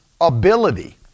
ability